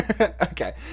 Okay